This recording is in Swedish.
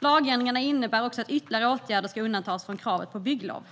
Lagändringarna innebär också att ytterligare åtgärder ska undantas från kravet på bygglov.